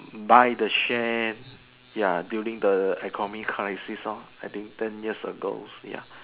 buy the share ya building the economy crisis I think ten years ago